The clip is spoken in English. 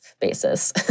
basis